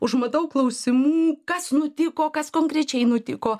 užmatau klausimų kas nutiko kas konkrečiai nutiko